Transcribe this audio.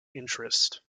interest